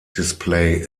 display